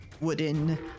wooden